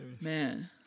Man